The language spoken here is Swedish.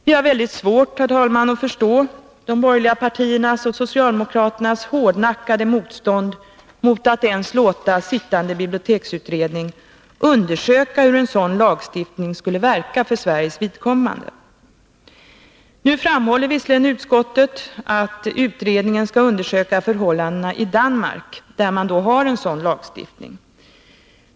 Vi har, herr talman, väldigt svårt att förstå de borgerliga partiernas och socialdemokraternas hårdnackade motstånd mot att ens låta den sittande biblioteksutredningen undersöka hur en sådan lagstiftning skulle verka för Sveriges vidkommande. Nu framhåller visserligen utskottet att utredningen skall undersöka förhållandena i Danmark, där man har en sådan lagstiftning.